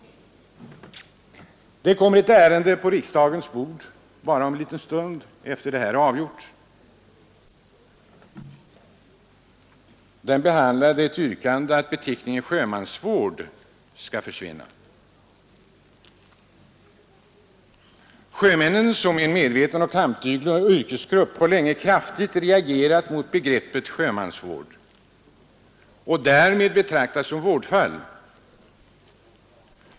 Det kommer ett ärende på riksdagens bord bara en liten stund efter detta. Det behandlar ett yrkande om att beteckningen sjömansvård skall försvinna. Sjömännen, som är en medveten och kampduglig yrkesgrupp, har länge kraftigt reagerat mot begreppet sjömansvård, mot att betraktas som vårdfall.